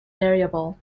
variable